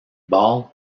ball